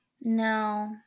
no